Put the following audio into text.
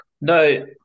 No